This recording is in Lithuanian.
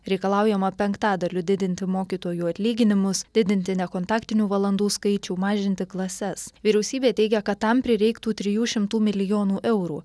reikalaujama penktadaliu didinti mokytojų atlyginimus didinti nekontaktinių valandų skaičių mažinti klases vyriausybė teigia kad tam prireiktų trijų šimtų milijonų eurų